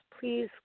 please